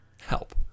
Help